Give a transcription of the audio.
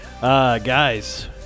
guys